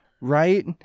right